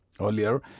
Earlier